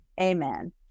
Amen